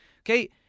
Okay